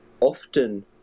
often